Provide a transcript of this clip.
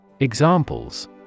Examples